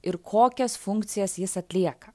ir kokias funkcijas jis atlieka